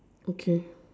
okay